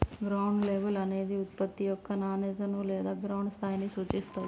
ground label అనేది ఉత్పత్తి యొక్క నాణేత లేదా గ్రౌండ్ స్థాయిని సూచిత్తుంది